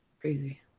Crazy